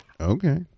Okay